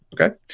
okay